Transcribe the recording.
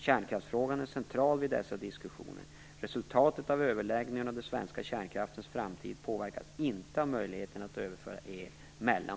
Kärnkraftsfrågan är central vid dessa diskussioner. Resultatet av överläggningarna om den svenska kärnkraftens framtid påverkas inte av möjligheten att överföra el mellan